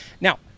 Now